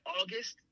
August